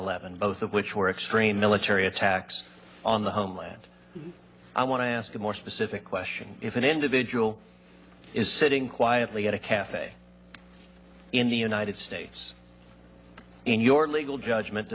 eleven both of which were extreme military attacks on the homeland i want to ask a more specific question if an individual is sitting quietly at a cafe in the united states in your legal judgment